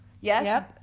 Yes